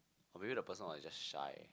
or maybe the person was just shy